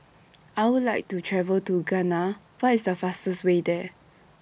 I Would like to travel to Ghana What IS The fastest Way There